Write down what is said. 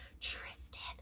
Tristan